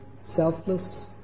selfless